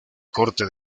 corte